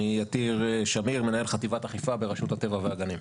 אני מנהל חטיבת אכיפה ברשות הטבע והגנים.